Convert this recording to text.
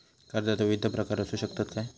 कर्जाचो विविध प्रकार असु शकतत काय?